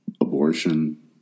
abortion